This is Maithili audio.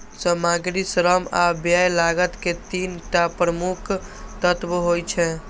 सामग्री, श्रम आ व्यय लागत के तीन टा प्रमुख तत्व होइ छै